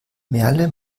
merle